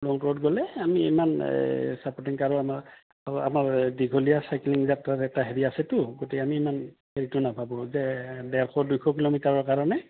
মোৰ লগত গ'লে আমি ইমান এই ছাপৰ্টিং কাৰ আমাৰ আমাৰ দীঘলীয়া চাইকেলিং যাত্ৰত এটা হেৰি আছেতো গতিকে আমি ইমান হেৰিটো নাভাবোঁ যে ডেৰশ দুইশ কিলোমিটাৰৰ কাৰণে